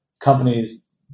companies